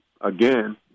Again